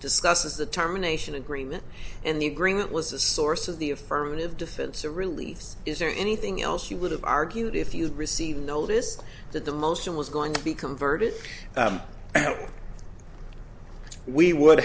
discusses the terminations agreement and the agreement was the source of the affirmative defense a release is there anything else you would have argued if you had received notice that the motion was going to be converted and we would